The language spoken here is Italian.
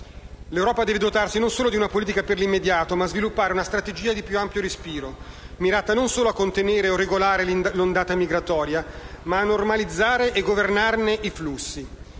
L'Europa deve dotarsi non solo di una politica per l'immediato, ma sviluppare una strategia di più ampio respiro, mirata non solo a contenere o regolare l'ondata migratoria ma a normalizzare e governarne i flussi.